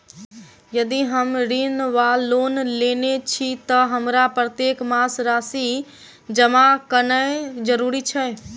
यदि हम ऋण वा लोन लेने छी तऽ हमरा प्रत्येक मास राशि जमा केनैय जरूरी छै?